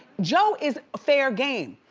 joe is fair game.